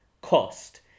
cost